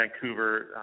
Vancouver